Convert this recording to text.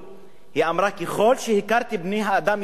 היא אמרה: ככל שהכרתי את בני-האדם יותר,